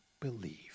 believe